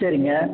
சரிங்க